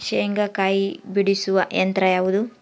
ಶೇಂಗಾಕಾಯಿ ಬಿಡಿಸುವ ಯಂತ್ರ ಯಾವುದು?